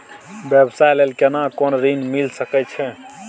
व्यवसाय ले केना कोन ऋन मिल सके छै?